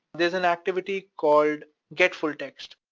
there's an activity called get full text,